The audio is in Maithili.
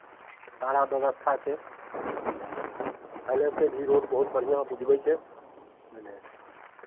सारा व्यवस्था छै बुझलियै पहिलेसँ भी रोड बहुत बढ़िआँ बुझबै छै बुझलियै